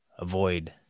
avoid